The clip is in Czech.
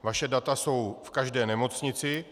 Vaše data jsou v každé nemocnici.